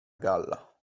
galla